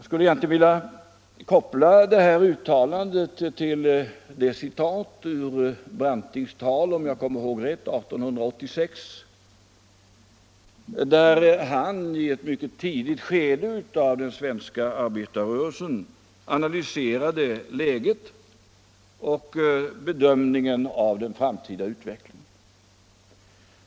Skulle jag inte vilja koppla detta uttalande till det citat ur Brantings tal, om jag kommer ihåg rätt från år 1886, där han i ett mycket tidigt skede av den svenska arbetarrörelsen analyserade läget och bedömningen av den framtida utvecklingen.